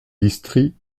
district